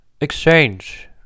exchange